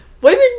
women